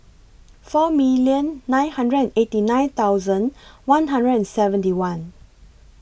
four million nine hundred and eighty nine thousand one hundred and seventy one